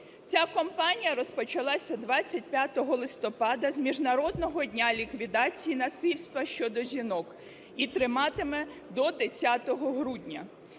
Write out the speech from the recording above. Ця кампанія почалася 25 листопада з Міжнародного дня ліквідації насильства щодо жінок і триватиме до 10 грудня